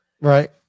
Right